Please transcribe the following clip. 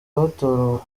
batore